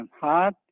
hard